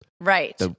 Right